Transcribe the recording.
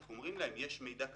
אנחנו אומרים להם שיש מידע כזה,